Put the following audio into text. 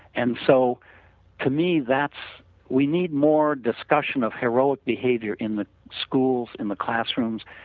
and so to me that's we need more discussion of heroic behavior in the schools, in the classrooms,